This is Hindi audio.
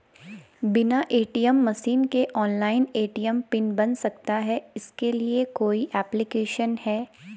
बिना ए.टी.एम मशीन के ऑनलाइन ए.टी.एम पिन बन सकता है इसके लिए कोई ऐप्लिकेशन है?